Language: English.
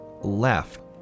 left